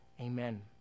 Amen